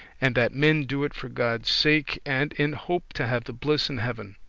and that men do it for god's sake, and in hope to have the bliss in heaven.